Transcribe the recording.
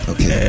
Okay